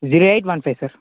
zero eight one five sir